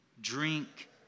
drink